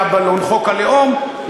היה בלון חוק הלאום.